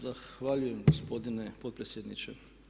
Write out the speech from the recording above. Zahvaljujem gospodine potpredsjedniče.